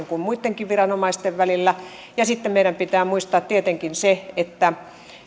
kuin muittenkin viranomaisten välillä ja sitten meidän pitää muistaa tietenkin se että